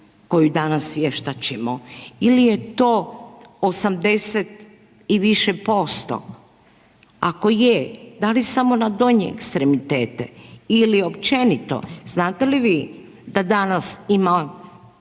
koju danas vještačimo ili je to 80 i više posto. Ako je da li samo na donje ekstremitete ili općenito. Znate li vi da danas ima